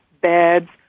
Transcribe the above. beds